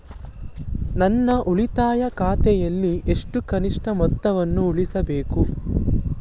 ನನ್ನ ಉಳಿತಾಯ ಖಾತೆಯಲ್ಲಿ ಎಷ್ಟು ಕನಿಷ್ಠ ಮೊತ್ತವನ್ನು ಉಳಿಸಬೇಕು?